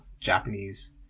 japanese